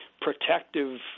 protective